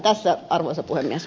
tässä arvoisa puhemies